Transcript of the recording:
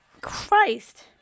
Christ